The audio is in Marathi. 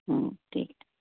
ठीक